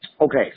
Okay